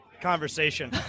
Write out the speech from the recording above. conversation